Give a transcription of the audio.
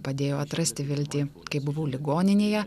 padėjo atrasti viltį kai buvau ligoninėje